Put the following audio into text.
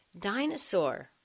dinosaur